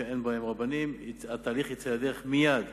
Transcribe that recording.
שאין בהם רבנים התהליך יצא לדרך מייד,